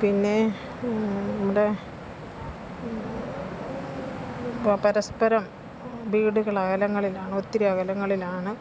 പിന്നെ നമ്മുടെ പ പരസ്പരം വീടുകളകലങ്ങളിലാണോ ഒത്തിരി അകലങ്ങളിലാണ്